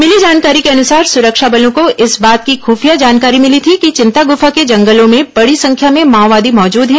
मिली जानकारी के अनुसार सुरक्षा बलों को इस बात की खुफिया जानकारी मिली थी कि चिंतागुफा के जंगलों में बड़ी संख्या में माओवादी मौजद हैं